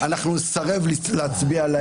אנחנו נסרב להצביע להם.